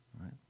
right